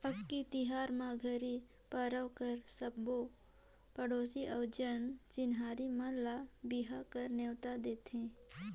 अक्ती तिहार म घरी परवार कर सबो पड़ोसी अउ जान चिन्हारी मन ल बिहा कर नेवता देथे